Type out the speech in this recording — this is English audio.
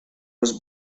was